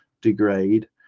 degrade